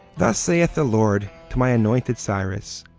thus saith the lord to my anointed cyrus,